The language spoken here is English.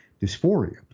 dysphoria